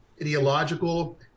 ideological